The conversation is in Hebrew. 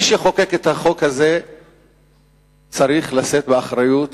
מי שחוקק את החוק הזה צריך לשאת באחריות